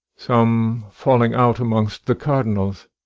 some falling-out amongst the cardinals.